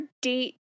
date